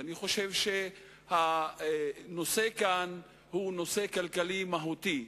ואני חושב שהנושא כאן הוא נושא כלכלי מהותי,